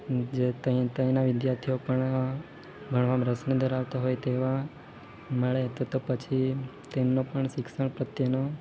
જે ત્યાં ત્યાંના વિદ્યાર્થીઓ પણ ભણવામાં રસ ન ધરાવતા હોય તેવા મળે તો તો પછી તેમનું પણ શિક્ષણ પ્રત્યેનું